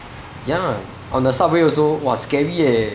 ya on the subway also !wah! scary eh